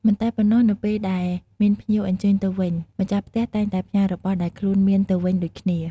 មិនតែប៉ុណ្ណោះ នៅពេលដែលមានភ្ញៀវអញ្ជើញទៅវិញ ម្ទាស់ផ្ទះតែងតែផ្ញើរបស់ដែរខ្លួនមានទៅវិញដូចគ្នា ។